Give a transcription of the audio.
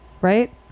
right